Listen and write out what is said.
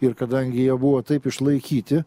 ir kadangi jie buvo taip išlaikyti